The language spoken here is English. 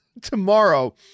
tomorrow